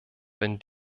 wenn